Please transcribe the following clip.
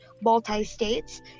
multi-states